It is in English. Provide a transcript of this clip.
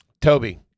Toby